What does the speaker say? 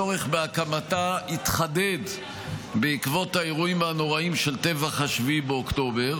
הצורך בהקמתה התחדד בעקבות האירועים הנוראים של טבח 7 באוקטובר,